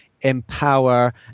empower